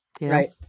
Right